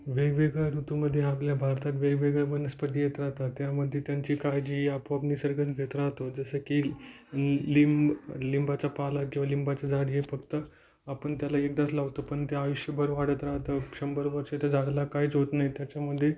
वेगवेगळ्या ऋतूमध्ये आपल्या भारतात वेगवेगळ्या वनस्पती येत राहतात त्यामध्ये त्यांची काळजी आपोआप निसर्गच घेत राहतो जसं की लिंब लिंबाचा पाला किंवा लिंबाचं झाड हे फक्त आपण त्याला एकदाच लावतो पण ते आयुष्यभर वाढत राहतं शंभर वर्ष त्या झाडाला काहीच होत नाही त्याच्यामध्ये